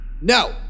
No